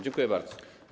Dziękuję bardzo.